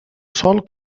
sòl